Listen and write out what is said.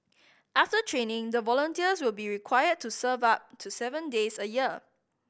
after training the volunteers will be required to serve up to seven days a year